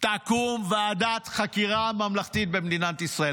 תקום ועדת חקירה ממלכתית במדינת ישראל.